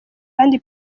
kandi